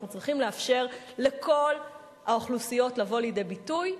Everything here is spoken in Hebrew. אנחנו צריכים לאפשר לכל האוכלוסיות לבוא לידי ביטוי,